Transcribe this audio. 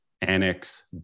annex